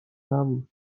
نبود